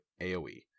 AoE